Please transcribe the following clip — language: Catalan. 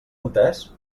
entès